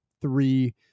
three